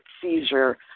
seizure